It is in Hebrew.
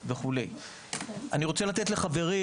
אני רוצה לתת לחברי,